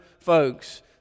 folks